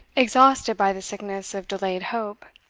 exhausted by the sickness of delayed hope,